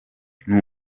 frank